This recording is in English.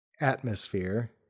Atmosphere